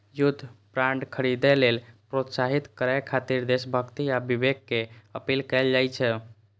युद्ध बांड खरीदै लेल प्रोत्साहित करय खातिर देशभक्ति आ विवेक के अपील कैल जाइ छै